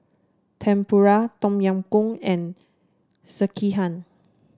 Tempura Tom Yam Goong and Sekihan